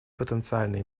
потенциальные